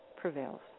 prevails